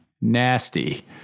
nasty